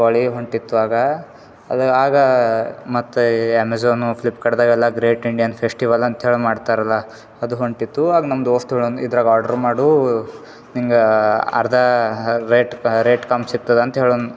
ದೀಪಾವಳಿ ಹೊಂಟಿತ್ತು ಆಗಾ ಅದು ಆಗ ಮತ್ತು ಅಮೆಝನು ಫ್ಲಿಪ್ಕಾರ್ಟ್ದಗೆಲ್ಲ ಗ್ರೇಟ್ ಇಂಡಿಯನ್ ಫೆಸ್ಟಿವಲ್ ಅಂತ ಹೇಳಿ ಮಾಡ್ತಾರಲ್ಲ ಅದು ಹೊಂಟಿತ್ತು ಆಗ ನಮ್ಮದು ದೋಸ್ತು ಹೇಳನ್ ಇದ್ರಾಗ ಆರ್ಡ್ರು ಮಾಡು ನಿಂಗೆ ಅರ್ಧ ರೇಟ್ ರೇಟ್ ಕಮ್ಮಿ ಸಿಕ್ತದೆ ಅಂತ ಹೇಳೋನು